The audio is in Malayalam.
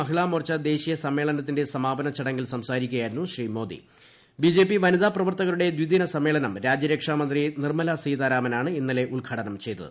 മഹിളാ മോർച്ചു ദേശീയ സമ്മേളനത്തിന്റെ സമാപന ചടങ്ങിൽ സംസാരിക്കുകയായിരുന്നു വനിതാ പ്രവർത്തകരുടെ ദ്വിദിന സമ്മേളനം രാജ്യരക്ഷാ മന്ത്രി നിർമ്മലാ സീതാരാമനാണ് ഇന്നലെ ഉദ്ഘാടനം ചെയ്തത്